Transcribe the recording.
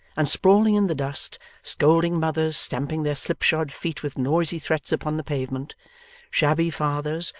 and sprawling in the dust scolding mothers, stamping their slipshod feet with noisy threats upon the pavement shabby fathers,